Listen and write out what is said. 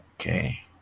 okay